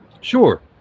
Sure